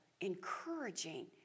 encouraging